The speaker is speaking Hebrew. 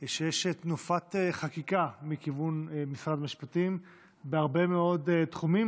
שיש תנופת חקיקה מכיוון משרד המשפטים בהרבה מאוד תחומים,